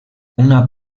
una